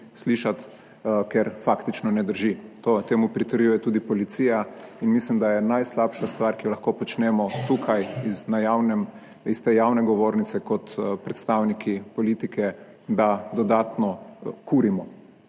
slišati, ker faktično ne drži. Temu pritrjuje tudi policija. Mislim, da je najslabša stvar, ki jo lahko počnemo tukaj na javnem, iz te javne govornice kot predstavniki politike, da dodatno kurimo